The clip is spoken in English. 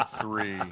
three